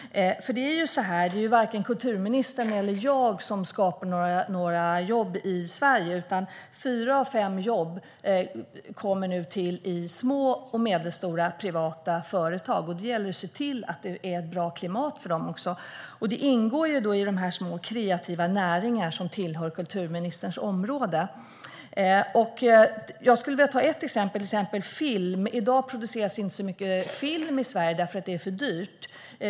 Det är varken kulturministern eller jag som skapar några jobb i Sverige, utan fyra av fem jobb kommer till i små och medelstora privata företag. Det gäller att se till att det är bra klimat för dem. Det ingår i de små kreativa näringarna, som tillhör kulturministerns område. Jag skulle vilja ta ett exempel: film. I dag produceras inte så mycket film i Sverige eftersom det är för dyrt.